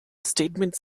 statements